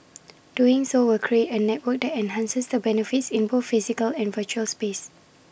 doing so will create A network that enhances the benefits in both physical and virtual space